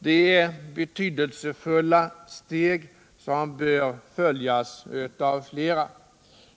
Det är ett betydelsefullt steg som bör följas av flera.